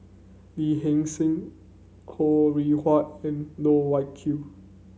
Lee Hee Seng Ho Rih Hwa and Loh Wai Kiew